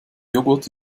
joghurt